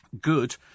good